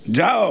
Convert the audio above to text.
ଯାଅ